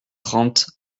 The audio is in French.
trente